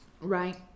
Right